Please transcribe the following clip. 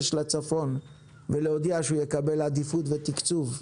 לצפון ולהודיע שהוא יקבל עדיפות ותקצוב.